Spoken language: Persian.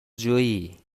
جویی